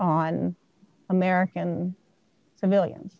on american civilians